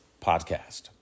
podcast